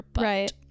right